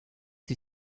see